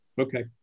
Okay